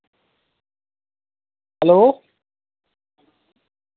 hello